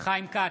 חיים כץ,